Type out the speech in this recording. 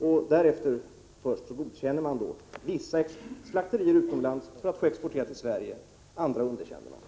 Först därefter godkänner man vissa slakterier utomlands när det gäller export till Sverige och underkänner andra.